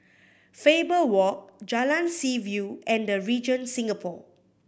Faber Walk Jalan Seaview and The Regent Singapore